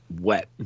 wet